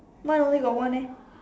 mine only got one eh